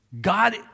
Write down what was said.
God